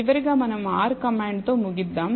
చివరగా మనం R command తో ముగిద్దాం